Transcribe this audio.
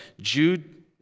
Jude